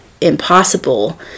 impossible